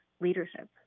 leadership